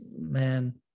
man